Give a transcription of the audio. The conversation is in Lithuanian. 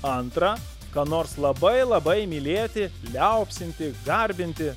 antra ką nors labai labai mylėti liaupsinti garbinti